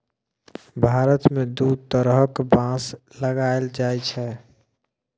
भारत मे दु तरहक बाँस लगाएल जाइ छै